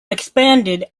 expanded